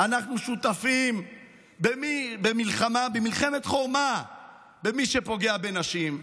אנחנו שותפים במלחמת חורמה במי שפוגע בנשים,